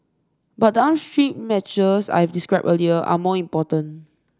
but the upstream measures I've described earlier are more important